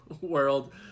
world